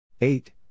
Eight